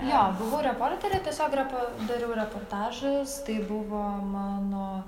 jo buvau reporterė tiesiog repo dariau reportažus tai buvo mano